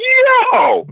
yo